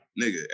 nigga